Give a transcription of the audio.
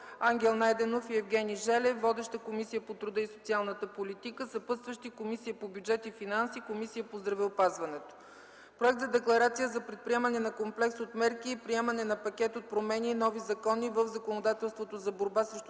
Ангел Найденов и Евгений Желев. Водеща е Комисията по труда и социалната политика. Съпътстващи са Комисията по бюджет и финанси и Комисията по здравеопазването. - Проект за декларация за предприемане на комплекс от мерки и приемане на пакет от промени и нови закони в законодателството за борба срещу